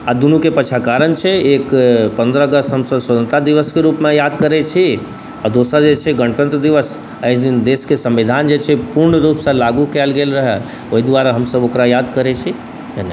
आओर दुनूके पाछाँ कारण छै एक पनरह अगस्त हमसब स्वतन्त्रता दिवसके रूपमे याद करै छी आओर दोसर जे छै गणतन्त्र दिवस एहि दिन देशके संविधान जे छै पूर्ण रूपसँ लागू कएल गेल रहै ओहि दुआरे हमसब ओकरा याद करै छी धन्यवाद